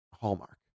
hallmark